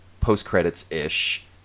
post-credits-ish